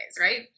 right